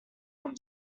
own